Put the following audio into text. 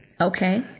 Okay